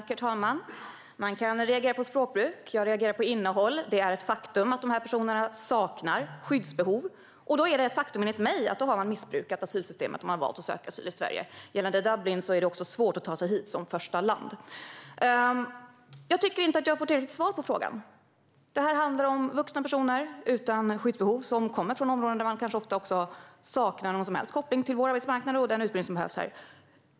Herr talman! Man kan reagera på språkbruk. Jag reagerar på innehåll. Det är ett faktum att de här personerna saknar skyddsbehov. Då är det enligt mig ett faktum att de har missbrukat asylsystemet när de valt att söka asyl i Sverige. Gällande Dublinreglerna kan jag säga att det är svårt att ta sig till Sverige som första land. Jag tycker inte att jag får tillräckligt svar på frågan. Det här handlar om vuxna personer utan skyddsbehov som kommer från områden där man ofta kanske också saknar någon som helst koppling till vår arbetsmarknad och saknar utbildning som behövs här.